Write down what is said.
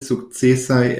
sukcesaj